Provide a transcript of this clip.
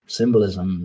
symbolism